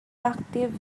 active